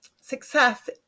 success